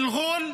אל ע'ול,